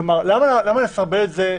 כלומר, למה לסרבל את זה?